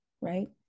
right